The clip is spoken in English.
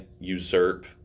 usurp